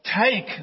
take